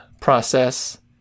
process